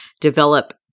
Develop